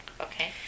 Okay